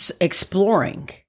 exploring